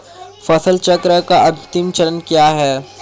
फसल चक्र का अंतिम चरण क्या है?